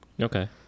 Okay